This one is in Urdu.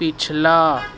پچھلا